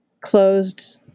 closed